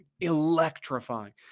electrifying